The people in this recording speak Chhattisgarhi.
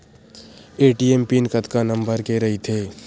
ए.टी.एम पिन कतका नंबर के रही थे?